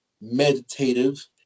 meditative